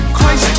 Christ